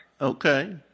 okay